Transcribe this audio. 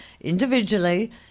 individually